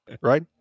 right